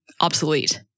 obsolete